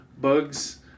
Bugs